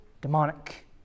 demonic